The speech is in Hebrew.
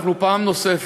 אנחנו פעם נוספת,